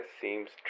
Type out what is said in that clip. seems